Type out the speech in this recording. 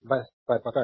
बस पर पकड़